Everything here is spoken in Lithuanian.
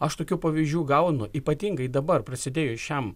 aš tokių pavyzdžių gaunu ypatingai dabar prasidėjus šiam